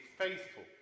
faithful